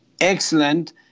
excellent